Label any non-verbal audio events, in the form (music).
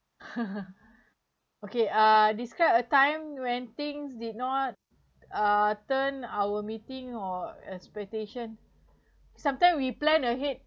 (laughs) okay uh describe a time when things did not uh turn our meeting or expectation sometime we plan ahead